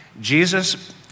Jesus